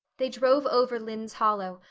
they drove over lynde's hollow,